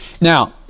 now